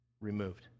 removed